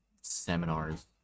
seminars